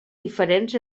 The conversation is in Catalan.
diferents